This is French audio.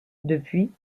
depuis